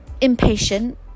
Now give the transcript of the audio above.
impatient